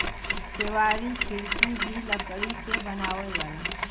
केवाड़ी खिड़की भी लकड़ी से बनावल जाला